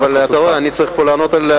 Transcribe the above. אבל אתה רואה: אני צריך פה לענות על,